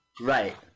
Right